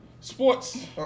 sports